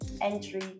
entry